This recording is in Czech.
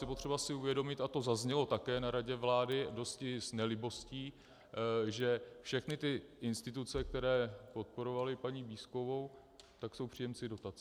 Je potřeba si uvědomit, a to zaznělo také na radě vlády dosti s nelibostí, že všechny ty instituce, které podporovaly paní Bízkovou, jsou příjemci dotací.